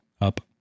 up